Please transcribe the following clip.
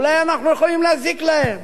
אולי אנחנו יכולים להזיק להם?